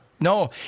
No